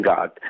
God